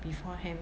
beforehand